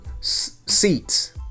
seats